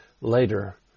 Later